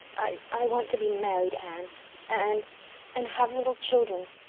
i i want to be married, anne and and have little children.